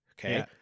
Okay